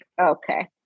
okay